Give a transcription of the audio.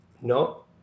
No